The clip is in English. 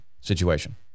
situation